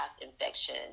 infection